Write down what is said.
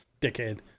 dickhead